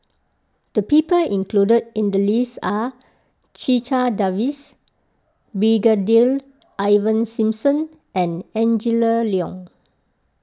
the people included in the list are Checha Davies Brigadier Ivan Simson and Angela Liong